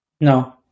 No